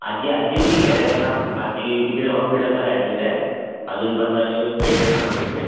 आजी आजी ठीक आहे रे आता आजी तिकडे हॉस्पिटललाच ॲडमिट आहे अजून पंधरा दिवस बेडरेस्ट सांगितलं आहे